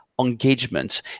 engagement